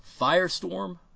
Firestorm